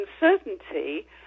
uncertainty